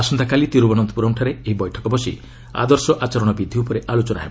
ଆସନ୍ତାକାଲି ତିରୁବନନ୍ତପୁରମ୍ଠାରେ ଏହି ବୈଠକ ବସି ଆଦର୍ଶ ଆଚରଣ ବିଧି ଉପରେ ଆଲୋଚନା ହେବ